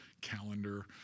calendar